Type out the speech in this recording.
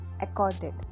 accorded